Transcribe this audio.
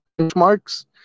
benchmarks